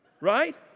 Right